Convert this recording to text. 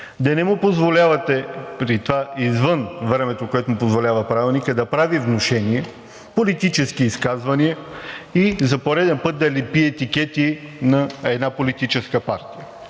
да не му позволявате, при това извън времето, което му позволява Правилникът, да прави внушение, политически изказвания и за пореден път да лепи етикети на една политическа партия